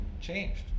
changed